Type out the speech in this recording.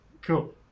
cool